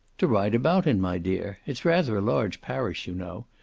to ride about in, my dear. it's rather a large parish, you know.